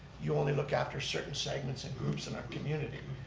you only look after certain segments and groups in our community.